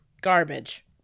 Garbage